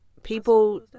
people